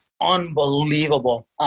unbelievable